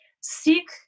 seek